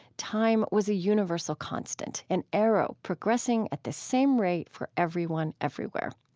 time was a universal constant, an arrow progressing at the same rate for everyone everywhere.